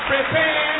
Prepare